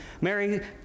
Mary